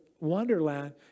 Wonderland